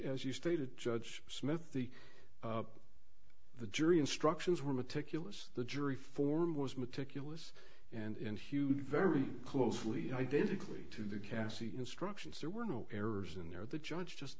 as you stated judge smith the the jury instructions were meticulous the jury form was meticulous and huge very closely identical to the kassy instructions there were no errors in there the judge just